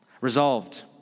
Resolved